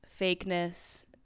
fakeness